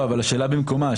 אבל השאלה במקומה.